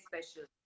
special